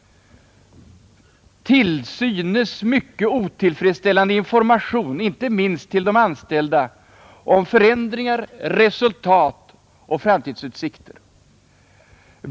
Till synes mycket otillfredsställande information, inte minst till de anställda, om förändringar, resultat och framtidsutsikter.